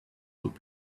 would